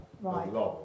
Right